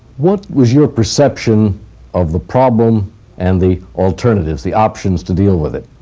what was your perception of the problem and the alternatives. the options to deal with it?